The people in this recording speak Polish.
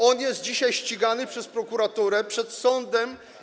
On jest dzisiaj ścigany przez prokuraturę, stał przed sądem.